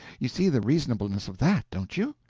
you see the reasonableness of that, don't you?